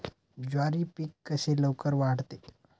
ज्वारी पीक कसे लवकर वाढते?